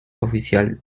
oficial